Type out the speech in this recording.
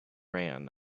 ran